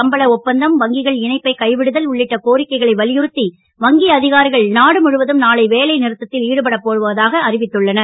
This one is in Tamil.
சம்பள ஒப்பந்தம் வங்கிகள் இணைப்கைபை கைவிடுதல் உள்ளிட்ட கோரிக்கைகளை வலியுறுத்தி வங்கி அதிகாரிகள் நாடு முழுவதும் நாளை வேலைநிறத்தத்தில் ஈடுபடப் போவதாக அறிவித்துள்ளனர்